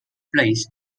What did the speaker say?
flies